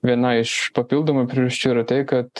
viena iš papildomų priežasčių yra tai kad